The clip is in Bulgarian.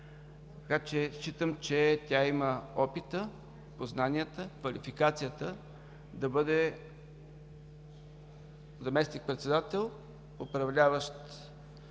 цяло. Считам, че тя има опита, познанията, квалификацията да бъде заместник-председател, управляващ